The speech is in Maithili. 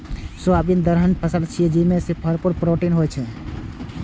सोयाबीन दलहनी फसिल छियै, जेमे भरपूर प्रोटीन होइ छै